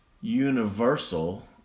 universal